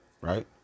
right